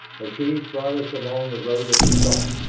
machines brought us along the road of the stars,